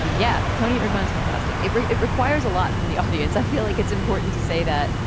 um yeah. tony edmonds. fantastic. it it requires a lot from the audience. i feel like it's important to say that.